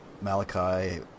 Malachi